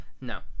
No